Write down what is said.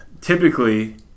typically